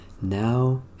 now